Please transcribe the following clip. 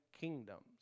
kingdoms